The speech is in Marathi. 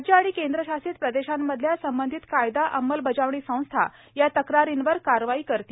राज्य अणि केंद्रशासित प्रदेशांमधल्या संबंधित कायदा अंमलबजावणी संस्था या तक्रारींवर कारवाई करतील